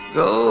go